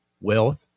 wealth